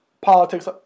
politics